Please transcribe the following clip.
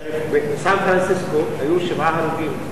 בסן-פרנסיסקו היו שבעה הרוגים.